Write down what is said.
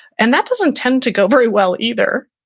and that doesn't tend to go very well either.